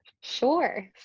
Sure